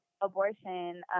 abortion